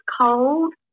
cold